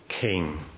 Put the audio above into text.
king